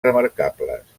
remarcables